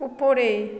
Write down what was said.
উপরে